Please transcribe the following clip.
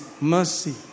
mercy